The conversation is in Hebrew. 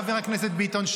חבר הכנסת ביטון,